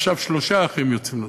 עכשיו שלושה אחים יוצאים לדרך.